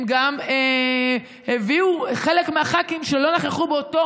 הם גם הביאו חלק מהח"כים שלא נכחו באותו